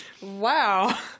Wow